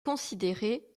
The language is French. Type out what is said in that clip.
considérée